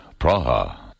Praha